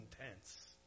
intense